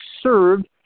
served